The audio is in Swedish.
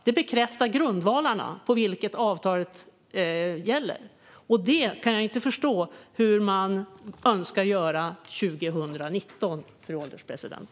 Det bekräftar grundvalarna på vilka avtalet vilar. Det kan jag inte förstå hur man kan önska göra 2019, fru ålderspresident.